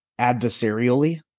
adversarially